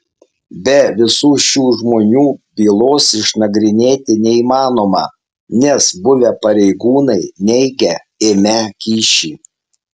be visų šių žmonių bylos išnagrinėti neįmanoma nes buvę pareigūnai neigia ėmę kyšį